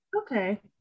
okay